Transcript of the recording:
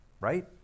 Right